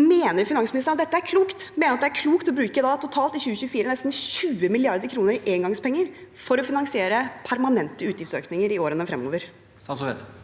Mener finansministeren at dette er klokt? Mener han det er klokt å bruke totalt nesten 20 mrd. kr i engangspenger i 2024 for å finansiere permanente utgiftsøkninger i årene fremover? Statsråd